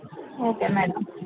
okay madam